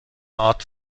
art